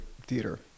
theater